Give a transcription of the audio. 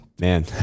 Man